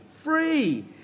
free